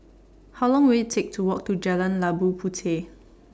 How Long Will IT Take to Walk to Jalan Labu Puteh